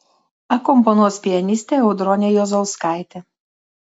akompanuos pianistė audronė juozauskaitė